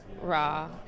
raw